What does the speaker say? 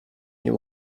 nie